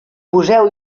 poseu